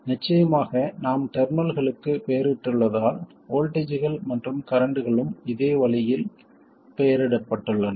நிச்சயமாக நாம் டெர்மினல்களுக்கு பெயரிட்டுள்ளதால் வோல்ட்டேஜ்கள் மற்றும் கரண்ட்களும் இதே வழியில் பெயரிடப்பட்டுள்ளன